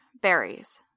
berries